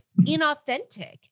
inauthentic